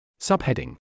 Subheading